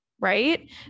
right